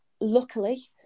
luckily